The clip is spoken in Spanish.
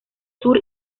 sur